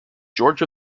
george